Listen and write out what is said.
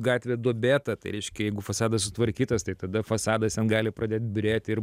gatvė duobėta tai reiškia jeigu fasadas sutvarkytas tai tada fasadas ten gali pradėt byrėti ir